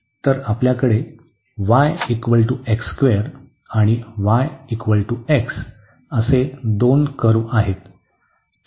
तर आपल्याकडे y आणि yx असे दोन कर्व्ह आहेत